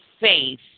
faith